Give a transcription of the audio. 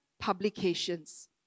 publications